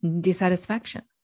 dissatisfaction